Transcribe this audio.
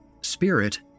Spirit